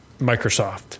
Microsoft